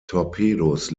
torpedos